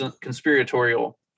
conspiratorial